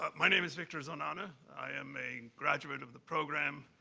ah my name is victor zonana. i am a graduate of the program.